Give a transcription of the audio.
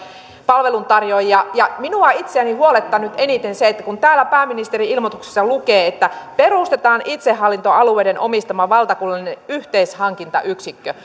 palveluntarjoajia minua itseäni huolettaa nyt eniten se että kun täällä pääministerin ilmoituksessa lukee että perustetaan itsehallintoalueiden omistama valtakunnallinen yhteishankintayksikkö